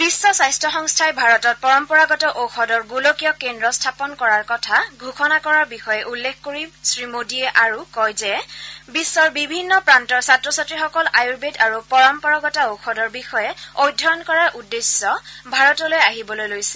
বিশ্ব স্বাস্থ্য সংস্থাই ভাৰতত পৰম্পৰাগত ঔষধৰ গোলকীয় কেন্দ্ৰ স্থাপন কৰাৰ কথা ষোঘণা কৰাৰ বিষয়ে উল্লেখ কৰি শ্ৰীমোদীয়ে আৰু কয় যে বিশ্বৰ বিভিন্ন প্ৰান্তৰ ছাত্ৰ ছাত্ৰীসকল আয়ুৰ্বেদ আৰু পৰম্পৰাগত ঔষধৰ বিষয়ে অধ্যয়ন কৰাৰ উদ্দেশ্যে ভাৰতলৈ আহিবলৈ লৈছে